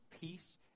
peace